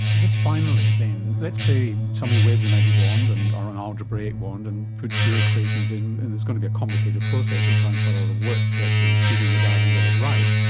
just finally, then, let's say somebody waves a magic wand and or an algebraic wand and puts your equations in, and it's going to be a complicated process requiring quite a lot of work to actually feed in the data and get it right,